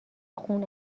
خون